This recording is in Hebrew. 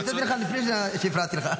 אני נתתי לך לפני שהפרעתי לך.